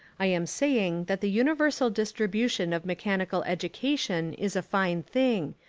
i am saying that the universal distribution of me chanical education is a fine thing,